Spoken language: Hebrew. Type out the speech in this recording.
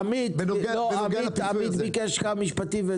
עמית ביקש כמה משפטים.